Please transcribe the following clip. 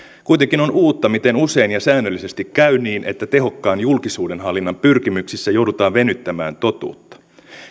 kuitenkin on uutta miten usein ja säännöllisesti käy niin että tehokkaan julkisuudenhallinnan pyrkimyksissä joudutaan venyttämään totuutta